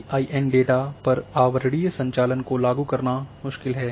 T I N data पर आवरणीय संचालन को लागू करना मुश्किल है